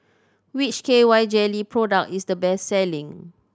which K Y Jelly product is the best selling